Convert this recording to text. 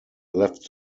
left